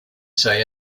say